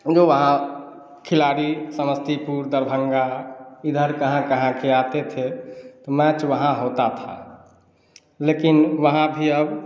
जो वहाँ खिलाड़ी समस्तीपुर दरभंगा इधर कहाँ कहाँ के आते थे तो मैच वहाँ होता था लेकिन वहाँ भी अब